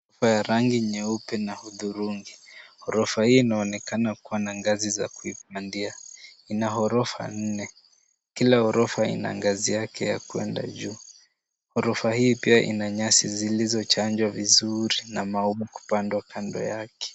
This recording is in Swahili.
Nyumba ya rangi nyeupe na hudhurungi. Ghorofa hii inaonekana kuwa na ngazi za kuipandia. Ina ghorofa nne. Kila ghorofa ina ngazi yake ya kuenda juu. Ghorofa hii pia ina nyasi zilizochanjwa vizuri na maua kupandwa kando yake.